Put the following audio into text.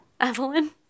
Evelyn